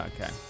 Okay